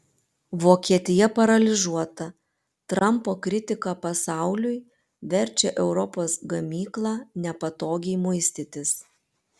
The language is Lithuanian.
vokietija paralyžiuota trampo kritika pasauliui verčia europos gamyklą nepatogiai muistytis